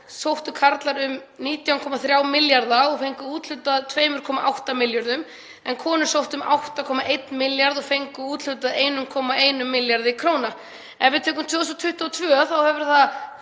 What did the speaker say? sóttu karlar um 19,3 milljarða og fengu úthlutað 2,8 milljörðum en konur sóttu um 8,1 milljarð og fengu úthlutað 1,1 milljarði kr. Ef við tökum 2022 hefur